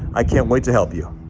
i can't wait to help you.